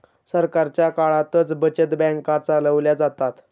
सरकारच्या काळातच बचत बँका चालवल्या जातात